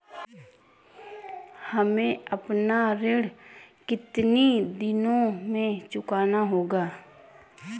हमें अपना ऋण कितनी दिनों में चुकाना होगा?